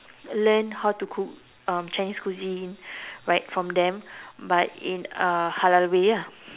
learn how to cook um Chinese cuisine right from them but in a halal way lah